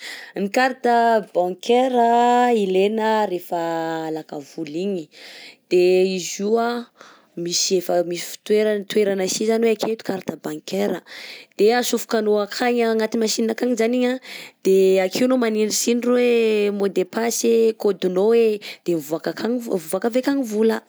Ny carte bancaire ilena rehefa alaka vola igny, de izy io an misy efa misy fitoerany toerana sy zany hoe aketo carte bancaire, de atsofokanao akagny agnaty machine akagny zany igny a de akeo anao manindritsindry hoe mot de passe e codenao e, de mivoaka akagny mivoaka avy akagny vola.